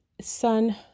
sun